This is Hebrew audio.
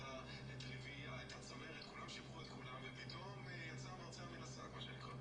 חליפין כאלה ואחרות שיש בתוך ההסכם הזה.